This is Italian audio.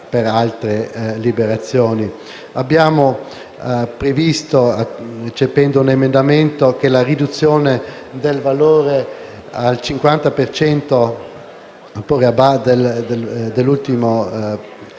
Abbiamo previsto, recependo un emendamento, che la riduzione del valore al 50 per cento